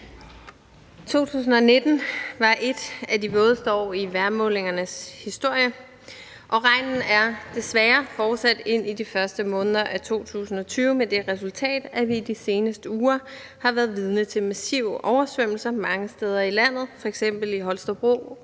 2019 var et af de vådeste år i vejrmålingernes historie, og regnen er desværre fortsat ind i de første måneder af 2020 med det resultat, at vi i de seneste uger har været vidne til massive oversvømmelser mange steder i landet, f.eks. i Holstebro,